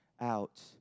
out